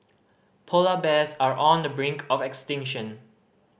polar bears are on the brink of extinction